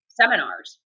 seminars